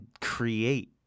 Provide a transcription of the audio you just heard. create